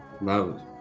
love